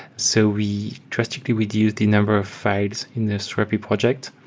so we drastically reduced the number of files in the strapi project.